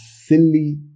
silly